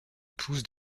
pousses